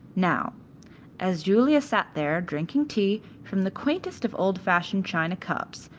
now as julia sat there drinking tea from the quaintest of old-fashioned china cups,